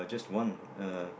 just one uh